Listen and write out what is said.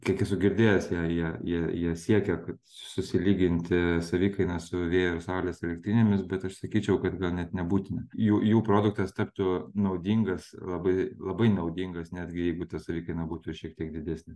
kiek esu girdėjęs jie jie jie jie siekia kad susilyginti savikainą su vėjo ir saulės elektrinėmis bet aš sakyčiau kad gal net nebūtina jų jų produktas taptų naudingas labai labai naudingas netgi jeigu ta savikaina būtų šiek tiek didesnė